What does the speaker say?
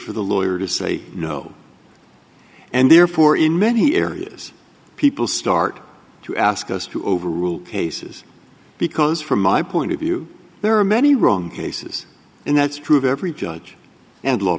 for the lawyer to say no and therefore in many areas people start to ask us to overrule cases because from my point of view there are many wrong cases and that's true of every judge and law